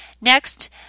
Next